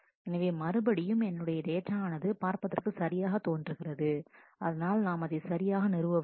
எனவே மறுபடியும் A ன்னுடைய டேட்டா ஆனது பார்ப்பதற்கு சரியாக தோன்றுகிறது ஆனால் நாம் அதை சரியாக நிறுவ வேண்டும்